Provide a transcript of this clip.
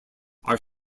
are